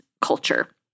culture